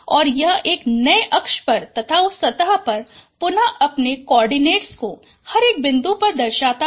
और यह एक नए अक्ष पर तथा उस सतह पर पुनः अपने कोआर्डिनेट को हर एक बिंदु पर दर्शाता है